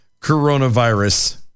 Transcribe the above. coronavirus